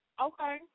Okay